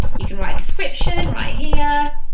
you can write a description right here